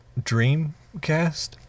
Dreamcast